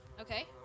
Okay